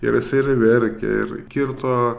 ir jisai ir verkė ir kirto